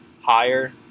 higher